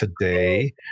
today